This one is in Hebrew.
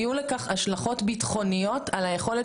יהיו לכך גם השלכות ביטחוניות על היכולת